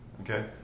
Okay